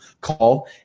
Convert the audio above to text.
call